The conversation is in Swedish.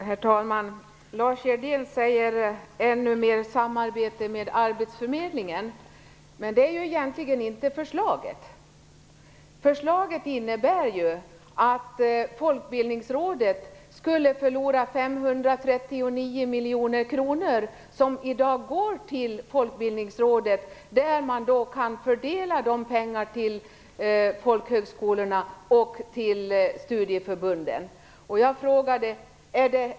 Herr talman! Lars Hjertén talar om mer samarbete med arbetsförmedlingen. Det innebär egentligen inte förslaget. Förslaget innebär ju att Folkbildningsrådet skulle förlora 539 miljoner kronor som man i dag kan fördela till folkhögskolorna och studieförbunden.